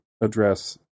address